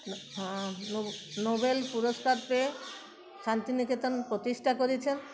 Nobel পুরস্কার পেয়ে শান্তিনিকেতন প্রতিষ্ঠা করেছেন